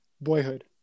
Boyhood